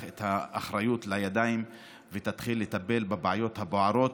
אחריות ותתחיל לטפל בבעיות הבוערות,